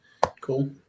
Cool